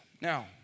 Now